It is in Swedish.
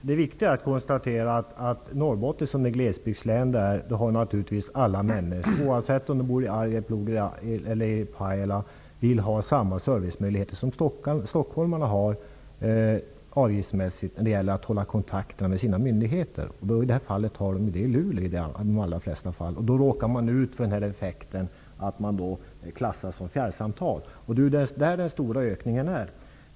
Herr talman! Det viktiga att konstatera är att alla människor, oavsett om de bor i Arjeplog eller i Pajala, avgiftsmässigt naturligtvis vill ha samma servicemöjligheter som stockholmarna har när det gäller att hålla kontakt med sina myndigheter. I Norrbotten, som det glesbygdslän det är, har man dem i de allra flesta fall i Luleå. Då råkar man ut för effekten att samtalen klassas som fjärrsamtal. Det är där den stora prisökningen ligger.